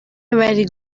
bari